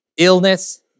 illness